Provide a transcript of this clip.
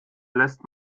lässt